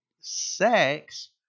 sex